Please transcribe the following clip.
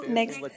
next